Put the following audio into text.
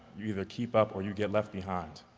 you either keep up or you get left behind.